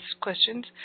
questions